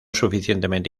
suficientemente